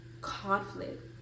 conflict